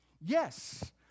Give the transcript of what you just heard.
Yes